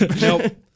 Nope